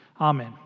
Amen